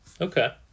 Okay